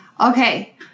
Okay